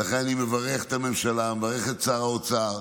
ולכן אני מברך את הממשלה ומברך את שר האוצר.